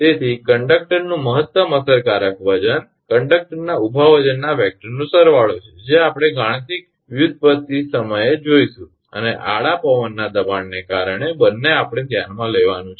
તેથી કંડક્ટરનું મહત્તમ અસરકારક વજન કંડક્ટરના ઊભા વજનના વેક્ટરનો સરવાળો છે જે આપણે ગાણિતિક વ્યુત્પત્તિ સમયે જોઇશું અને આડા પવનના દબાણને કારણે બંને આપણે ધ્યાનમાં લેવાનું છે